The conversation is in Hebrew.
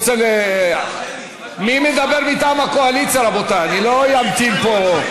לא אמתין פה.